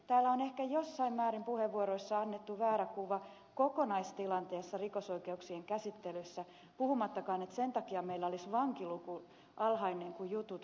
täällä on ehkä jossain määrin puheenvuoroissa annettu väärä kuva kokonaistilanteesta rikosoikeuksien käsittelyssä puhumattakaan että sen takia meillä olisi vankiluku alhainen kun jutut kestävät